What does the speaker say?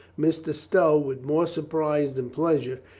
mr. stow, with more surprise than pleasure,